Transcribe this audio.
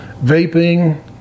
vaping